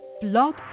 Blog